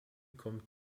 kommt